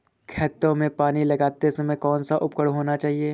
खेतों में पानी लगाते समय कौन सा उपकरण होना चाहिए?